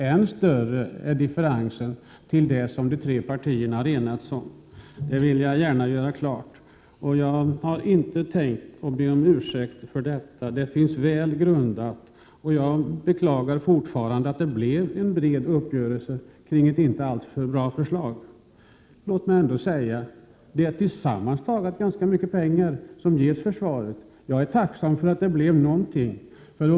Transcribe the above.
Än större är differensen till det som de tre partierna har enats om. Det vill jag gärna göra klart, och jag tänker inte be om ursäkt för detta. Vårt förslag är välgrundat, och jag beklagar fortfarande att det blev en bred uppgörelse kring ett inte alltför bra förslag. Låt mig ändå få säga att det tillsammantaget är ganska mycket pengar som ges till försvaret. Jag är tacksam för att det blev någonting över huvud taget.